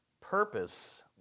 purpose